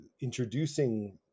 introducing